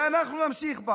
ואנחנו נמשיך בה